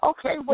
Okay